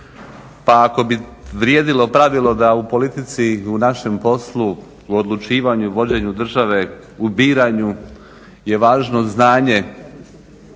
pa ako bi vrijedilo pravilo da u politici i da u našem poslu u odlučivanju i vođenju države, u biranju je važno znanje